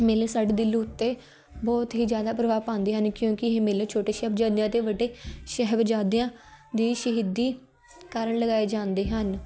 ਮੇਲੇ ਸਾਡੇ ਦਿਲ ਉੱਤੇ ਬਹੁਤ ਹੀ ਜ਼ਿਆਦਾ ਪ੍ਰਭਾਵ ਪਾਉਂਦੇ ਹਨ ਕਿਉਂਕਿ ਇਹ ਮੇਲੇ ਛੋਟੇ ਸਾਹਿਬਜ਼ਾਦਿਆਂ ਅਤੇ ਵੱਡੇ ਸਾਹਿਬਜ਼ਾਦਿਆਂ ਦੀ ਸ਼ਹੀਦੀ ਕਾਰਨ ਲਗਾਏ ਜਾਂਦੇ ਹਨ